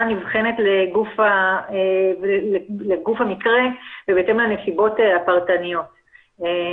נבחנת לגוף המקרה ובהתאם לנסיבות הפרטניות.